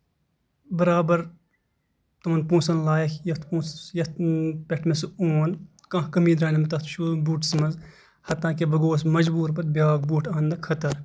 برابر تِمن پوسن لایق یَتھ پونسس یتھ پٮ۪ٹھ سُہ مےٚ اون کانہہ کٔمی درٛیہِ نہٕ تَتھ شوٗز بوٗٹس منٛز ہَتا کہِ بہٕ گوس مَجبوٗر پَتہٕ بیاکھ بوٗٹ اَننہٕ خٲطرٕ